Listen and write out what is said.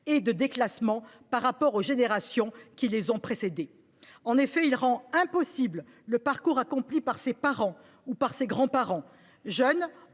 et de déclassement par rapport aux générations qui les ont précédés. En effet, il rend impossible le parcours accompli par nos parents ou grands parents. Jeune,